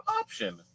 option